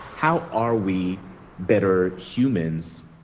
how are we better humans,